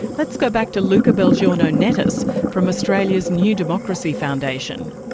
let's go back to luca belgiorno-nettis, from australian's newdemocracy foundation.